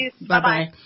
Bye-bye